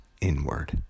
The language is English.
inward